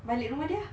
balik rumah dia